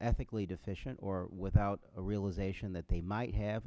ethically deficient or without realization that they might have